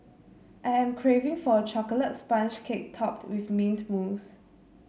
I am craving for a chocolate sponge cake topped with mint mousse